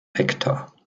hektar